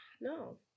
No